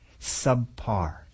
subpar